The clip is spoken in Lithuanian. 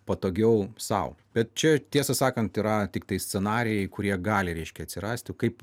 patogiau sau bet čia tiesą sakant yra tiktai scenarijai kurie gali reiškia atsirasti kaip